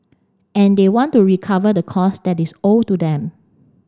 and they want to recover the costs that is owed to them